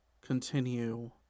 continue